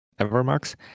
Evermarks